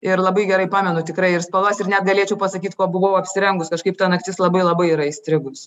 ir labai gerai pamenu tikrai ir spalvas ir net galėčiau pasakyt kuo buvau apsirengus kažkaip ta naktis labai labai yra įstrigus